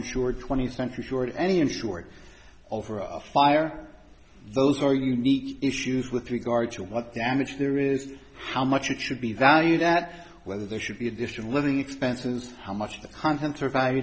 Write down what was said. insured twentieth century short any insured fire those are unique issues with regard to what damage there is how much it should be valued that whether there should be additional living expenses how much the contents are